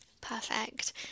Perfect